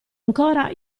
ancora